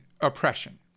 oppression